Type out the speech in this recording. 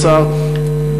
השר,